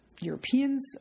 Europeans